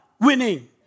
winning